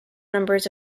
numbers